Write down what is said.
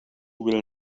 will